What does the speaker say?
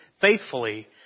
Faithfully